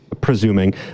presuming